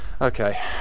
Okay